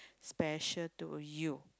special to you